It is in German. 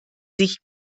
sich